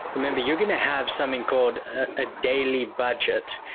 remember you're going to have something called a daily budget,